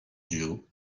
duo